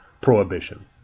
prohibition